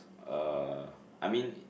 uh I mean